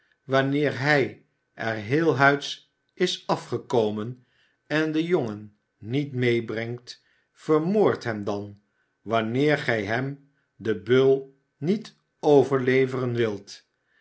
wanneer hij er heelhuids is afgekomen en den jongen niet meebrengt vermoord hem dan wanneer gij hem den beul niet overleveren wilt